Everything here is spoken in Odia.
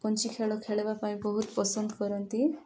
ପବ୍ଜି ଖେଳ ଖେଳିବା ପାଇଁ ବହୁତ ପସନ୍ଦ କରନ୍ତି